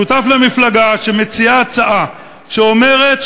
שותף למפלגה שמציעה הצעה שאומרת,